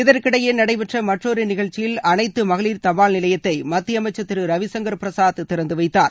இதற்கிடையே நடைபெற்ற மற்றொரு நிகழ்ச்சியில் அனைத்து மகளிர் தபால் நிலையத்தை மத்திய ப அமைச்சர் திரு ரவிசங்கர் பிரசாத் திறந்து வைத்தார்